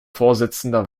vorsitzender